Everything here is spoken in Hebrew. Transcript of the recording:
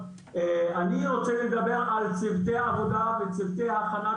אני רוצה לדבר על צוותי העבודה וצוותי הכנת